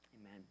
Amen